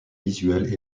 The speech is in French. visuelles